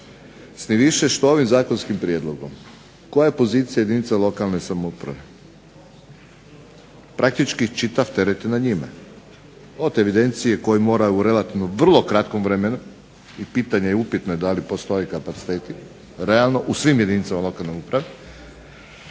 s tim više što s ovim zakonskim prijedlogom koja je pozicija jedinica lokalne samouprave. Praktički, čitav je teret na njima, od evidencije koje moraju u relativno vrlo kratkom vremenu i pitanje i upitno je da li postoje kapaciteti. Realno u svim jedinicama lokalne uprave,